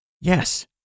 Yes